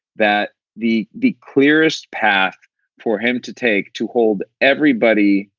that the the clearest path for him to take to hold everybody,